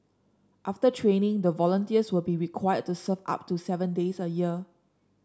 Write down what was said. after training the volunteers will be required to serve up to seven days a year